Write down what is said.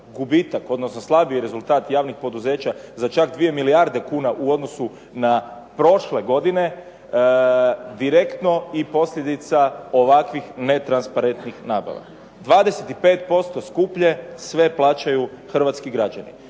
odnosno slabiji rezultat javnih poduzeća za čak 2 milijarde kuna u odnosu na prošle godine direktno i posljedica ovakvih netransparentnih nabava. 25% skuplje sve plaćaju hrvatski građani.